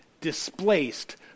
displaced